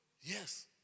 yes